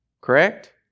correct